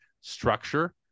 structure